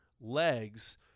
legs